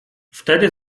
wtedy